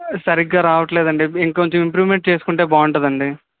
సరిగ్గా రావడంలేదండి ఇంకొంచెం ఇంప్రూవ్మెంట్ చేసుకుంటే బాగుంటుందండి